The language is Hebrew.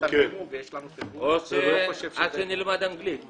או עד שנלמד אנגלית ...